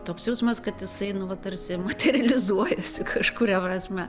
toks jausmas kad jisai nu va tarsi materializuojasi kažkuria prasme